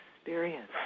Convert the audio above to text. experience